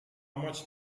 much